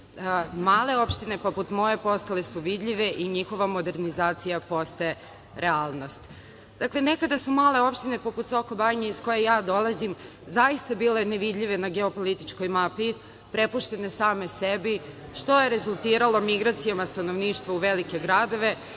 male opštine poput moje postale su vidljive i njihova modernizacija postaje realnost. Dakle, nekada su male opštine poput Sokobanje iz koje ja dolazim zaista bile nevidljive na geopolitičkoj mapi, prepuštene same sebi, što je rezultiralo migracijama stanovništva u velike gradove,